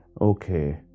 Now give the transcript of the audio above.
Okay